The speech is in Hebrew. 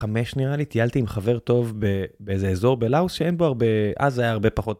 חמש נראה לי, טיילתי עם חבר טוב באיזה אזור בלאוס שאין בו הרבה, אז היה הרבה פחות.